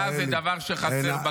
בסדר, לא אבין.